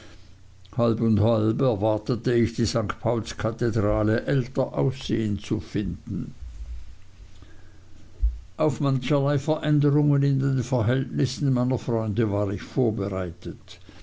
halb und halb erwartete ich die st paulskathedrale älter aussehen zu finden auf mancherlei veränderungen in den verhältnissen meiner freunde war ich vorbereitet